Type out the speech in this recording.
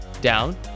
down